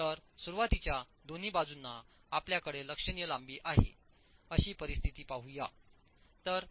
तर सुरुवातीच्या दोन्ही बाजूंना आपल्याकडे लक्षणीय लांबी आहे अशी परिस्थिती पाहू या